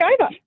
over